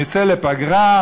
נצא לפגרה,